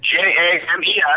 J-A-M-E-S